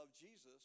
Jesus